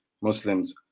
Muslims